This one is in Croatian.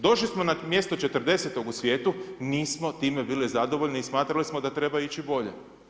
Došli smo na mjesto 40. u svijetu nismo time bili zadovoljni i smatrali smo da treba ići bolje.